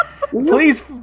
Please